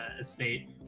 estate